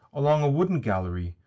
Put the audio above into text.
along a wooden gallery,